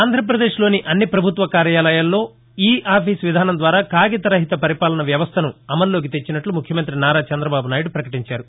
ఆంధ్రాపదేశ్లోని అన్ని పభుత్వ కార్యాలయాల్లో ఈ ఆఫీస్ విధానం ద్వారా కాగిత రహిత పరిపాలన వ్యవస్థనుఅమల్లోకి తెచ్చినట్లు ముఖ్యమంతి నారా చంద్రబాబునాయుడు ప్రకటించారు